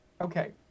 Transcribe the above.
Okay